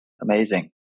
Amazing